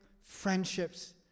friendships